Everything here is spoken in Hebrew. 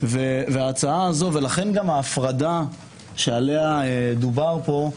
לכן גם ההפרדה שעליה דובר פה,